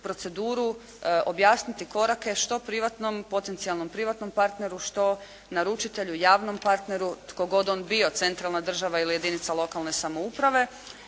proceduru, objasniti korake što privatno potencijalnom privatnom partneru, što naručitelju javnom partneru tko on bio, centralna država ili jedinica lokalne samouprave,